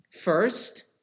First